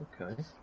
okay